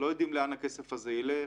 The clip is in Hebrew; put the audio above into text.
לא יודעים לאן הכסף הזה ילך,